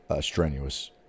strenuous